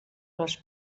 les